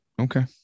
Okay